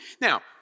Now